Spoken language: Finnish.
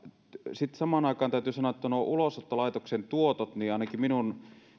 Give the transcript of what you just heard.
sitten samaan aikaan täytyy sanoa että nuo ulosottolaitoksen tuotot ainakin minun